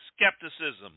skepticism